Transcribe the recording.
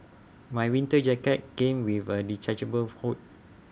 my winter jacket came with A detachable hood